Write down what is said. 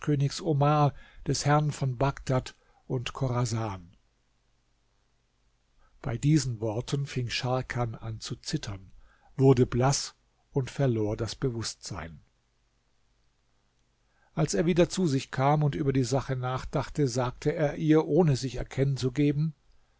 omar des herrn von bagdad und chorasan bei diesen worten fing scharkan an zu zittern wurde blaß und verlor das bewußtsein als er wieder zu sich kam und über die sache nachdachte sagte er ihr ohne sich zu erkennen zu